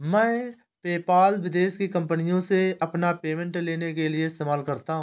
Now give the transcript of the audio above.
मैं पेपाल विदेश की कंपनीयों से अपना पेमेंट लेने के लिए इस्तेमाल करता हूँ